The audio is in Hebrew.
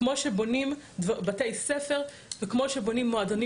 כמו שבונים בתי ספר וכמו שבונים מועדונים